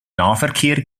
nahverkehr